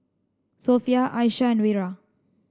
Sofea Aisyah and Wira